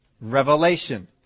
Revelation